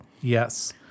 Yes